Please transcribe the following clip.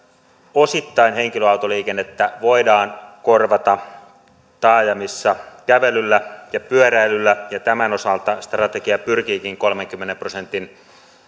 osittain henkilöautoliikennettä voidaan korvata taajamissa kävelyllä ja pyöräilyllä ja tämän osalta strategia pyrkiikin kolmenkymmenen prosentin